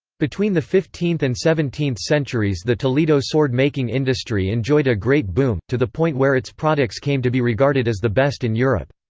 between the fifteenth and seventeenth centuries the toledo sword-making industry enjoyed a great boom, to the point where its products came to be regarded as the best in europe.